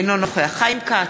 אינו נוכח חיים כץ,